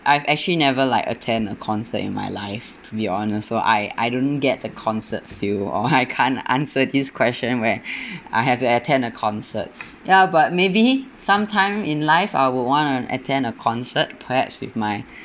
I've actually never like attend a concert in my life to be honest so I I don't get the concert feel or I can't answer this question where I have to attend a concert ya but maybe sometime in life I will want to attend a concert perhaps with my